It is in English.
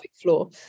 floor